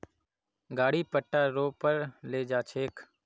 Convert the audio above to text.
गाड़ी पट्टा रो पर ले जा छेक